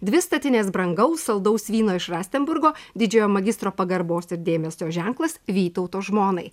dvi statinės brangaus saldaus vyno iš rastenburgo didžiojo magistro pagarbos ir dėmesio ženklas vytauto žmonai